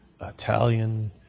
Italian